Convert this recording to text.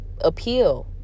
appeal